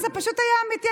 זה פשוט היה אמיתי,